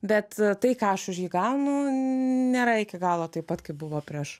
bet tai ką aš už jį gaunu nėra iki galo taip pat kaip buvo prieš